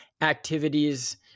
activities